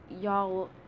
y'all